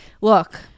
Look